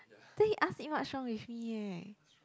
then he ask me what's wrong with me eh